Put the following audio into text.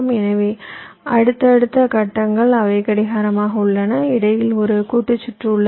எனவே அடுத்தடுத்த கட்டங்கள் அவை கடிகாரமாக உள்ளன இடையில் ஒரு கூட்டு சுற்று உள்ளது